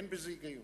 אין בזה היגיון.